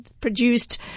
produced